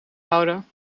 houden